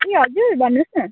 ए हजुर भन्नुहोस् न